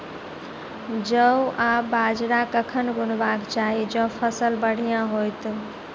जौ आ बाजरा कखन बुनबाक चाहि जँ फसल बढ़िया होइत?